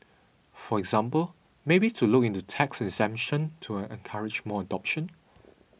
for example maybe to look into tax exemption to encourage more adoption